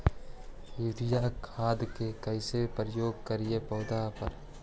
Urea खाद के कैसे प्रयोग करि पौधा पर?